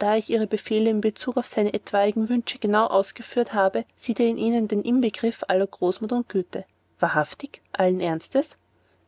da ich ihre befehle in bezug auf seine etwaigen wünsche genau ausgeführt habe sieht er in ihnen den inbegriff aller großmut und güte wahrhaftig allen ernstes